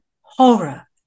horror